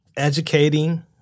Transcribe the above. Educating